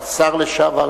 השר לשעבר,